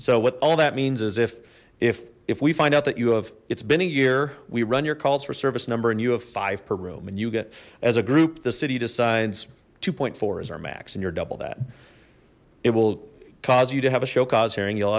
so what all that means is if if if we find out that you have it's been a year we run your calls for service number and you have five per room and you get as a group the city decides two point four is our max and you're double that it will cause you to have a show cause hearing you'll